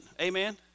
Amen